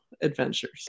adventures